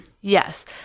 Yes